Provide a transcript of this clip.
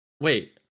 Wait